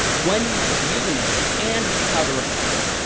when you should be using it, and how to request it.